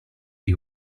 the